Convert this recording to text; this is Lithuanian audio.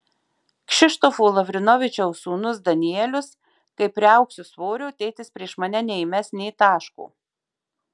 kšištofo lavrinovičiaus sūnus danielius kai priaugsiu svorio tėtis prieš mane neįmes nė taško